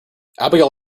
abigail